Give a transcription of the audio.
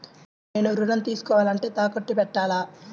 నేను ఋణం తీసుకోవాలంటే తాకట్టు పెట్టాలా?